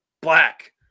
black